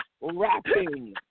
rapping